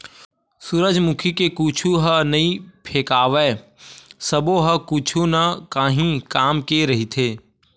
सूरजमुखी के कुछु ह नइ फेकावय सब्बो ह कुछु न काही काम के रहिथे